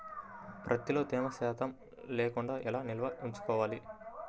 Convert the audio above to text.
ప్రత్తిలో తేమ శాతం లేకుండా ఎలా నిల్వ ఉంచుకోవాలి?